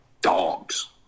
Dogs